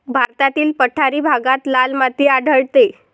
भारतातील पठारी भागात लाल माती आढळते